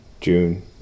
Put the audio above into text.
June